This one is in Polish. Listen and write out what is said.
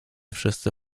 wszyscy